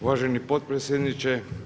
Uvaženi potpredsjedniče.